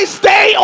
stay